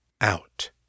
Out